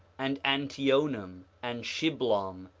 and antionum, and shiblom,